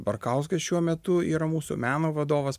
barkauskas šiuo metu yra mūsų meno vadovas